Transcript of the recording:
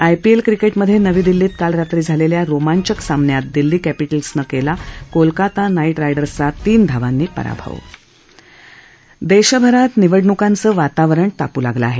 IPL cricket मधे नवी दिल्लीत काल रात्री झालेल्या रोमांचक सामन्यात दिल्ली कॅपिटल्सनं केला कोलकाता नाईट रायडर्सचा तीन धावांनी पराभव देशभरात निवडणुकांचं वातावरण तापू लागलं आहे